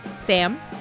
Sam